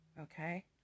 okay